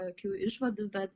jokių išvadų bet